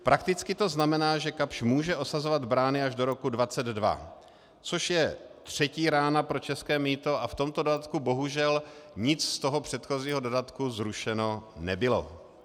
Prakticky to znamená, že Kapsch může osazovat brány až do roku 2022, což je třetí rána pro české mýto, a v tomto dodatku bohužel nic z toho předchozího dodatku zrušeno nebylo.